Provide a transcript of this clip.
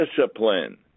discipline